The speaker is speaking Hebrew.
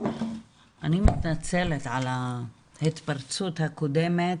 אני מתנצלת על ההתפרצות הקודמת,